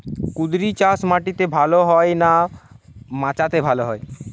কুঁদরি চাষ মাটিতে ভালো হয় না মাচাতে ভালো হয়?